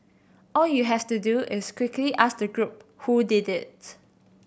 all you have to do is quickly ask the group who did it